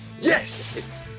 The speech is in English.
Yes